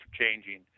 changing